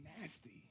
nasty